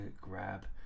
grab